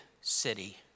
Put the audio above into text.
city